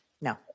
No